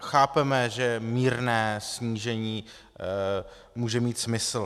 Chápeme, že mírné snížení může mít smysl.